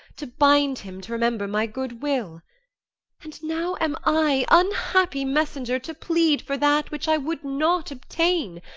to bind him to remember my good will and now am i, unhappy messenger, to plead for that which i would not obtain,